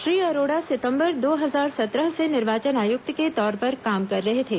श्री अरोड़ा सितंबर दो हजार सत्रह से निर्वाचन आयुक्त के तौर पर काम कर रहे थे